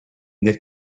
that